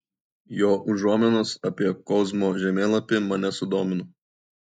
jo užuominos apie kozmo žemėlapį mane sudomino